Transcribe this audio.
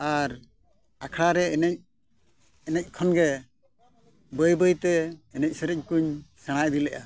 ᱟᱨ ᱟᱠᱷᱲᱟ ᱨᱮ ᱮᱱᱮᱡ ᱮᱱᱮᱡ ᱠᱷᱚᱱ ᱜᱮ ᱵᱟᱹᱭᱼᱵᱟᱹᱭᱛᱮ ᱮᱱᱮᱡ ᱥᱮᱨᱮᱧ ᱠᱚᱧ ᱥᱮᱬᱟ ᱤᱫᱤ ᱞᱮᱜᱼᱟ